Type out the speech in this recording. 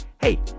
hey